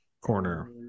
corner